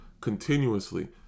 continuously